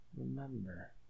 remember